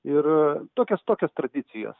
ir tokios tokios tradicijos